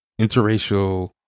interracial